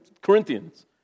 Corinthians